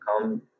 come